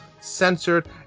censored